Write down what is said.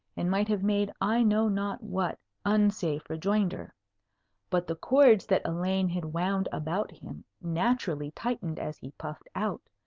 and might have made i know not what unsafe rejoinder but the cords that elaine had wound about him naturally tightened as he puffed out,